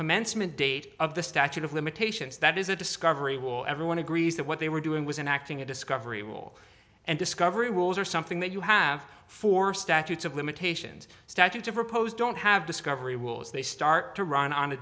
commencement date of the statute of limitations that is a discovery will everyone agrees that what they were doing was an acting a discovery rule and discovery rules are something that you have for statutes of limitations statute to propose don't have discovery rules they start to run on